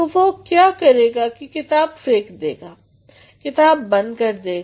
तो वो क्या करेगा कि किताब फेक देगा किताब बंद कर देगा